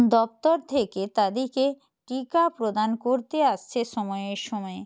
দপ্তর থেকে তাদেরকে টিকা প্রদান করতে আসছে সময়ে সময়ে